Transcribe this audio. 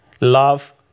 love